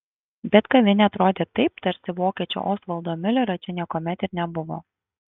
bet kavinė atrodė taip tarsi vokiečio osvaldo miulerio čia niekuomet ir nebuvo